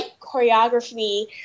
choreography